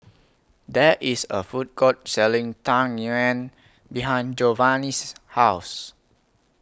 There IS A Food Court Selling Tang Yuen behind Jovanny's House